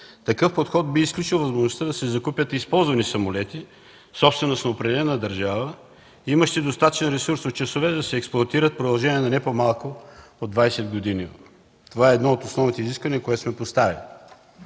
такъв подход би изключил възможността да се закупят използвани самолети, собственост на определена държава, имащи достатъчен ресурс от часове, за да се експлоатират в продължение на не по-малко от 20 години. Това е едно от основните изисквания, което сме поставили.